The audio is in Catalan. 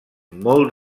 molt